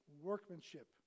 workmanship